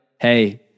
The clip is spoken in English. Hey